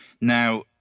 Now